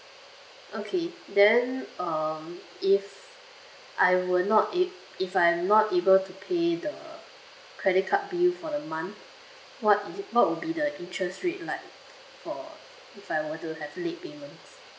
okay then um if I were not ab~ if I'm not able to pay the credit card bill for the month what would what would be the interest rate like or if I were to have late payments